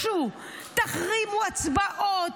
משהו: תחרימו הצבעות,